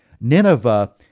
Nineveh